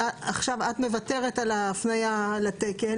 עכשיו את מוותרת על ההפניה לתקן,